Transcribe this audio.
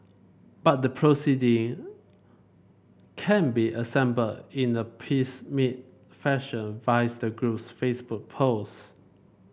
but the proceeding can be assembled in a piecemeal fashion via the group's Facebook post